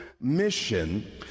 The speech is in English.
mission